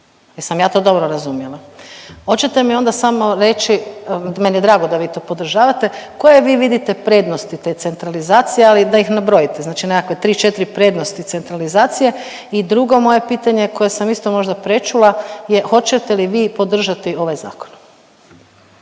Jesam ja to dovoljno razumjela? Hoćete mi onda samo reći, meni je drago da vi to podržavate, koje vi vidite prednosti te centralizacije, ali da ih nabrojite, znači nekakve 3, 4 prednosti centralizacije i drugo moje pitanje, koje sam isto možda prečula je hoćete li vi podržati ovaj Zakon?